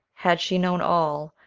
had she known all,